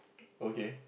okay